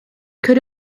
could